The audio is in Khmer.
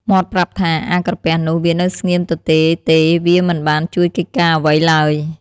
មាត់ប្រាប់ថា "អា ក្រពះនោះ វានៅស្ងៀមទទេទេវាមិនបានជួយកិច្ចការអ្វីឡើយ" ។